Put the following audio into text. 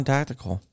Tactical